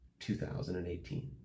2018